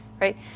right